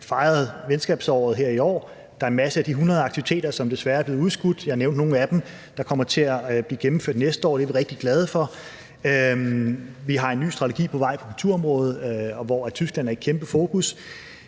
fejrede venskabsåret her i år. Der er masser af de hundrede aktiviteter, som desværre er blevet udskudt. Jeg har nævnt nogle af dem, der kommer til at blive gennemført næste år. Det er vi rigtig glade for. Vi har en ny strategi på vej på kulturområdet, hvor Tyskland er et kæmpe fokusområde.